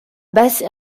basse